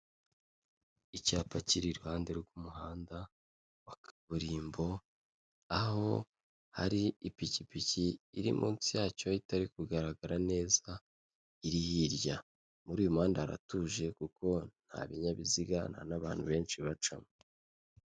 Icyapa kiri iruhande rw'umuhanda wa kaburimbo, aho hari ipikipiki iri munsi yacyo itari kugaragara neza, iri hirya. Muri uyu muhanda haratuje, kuko nta binyabiziga nta n'abantu benshi bacamo.